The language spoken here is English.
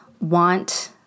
want